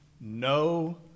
no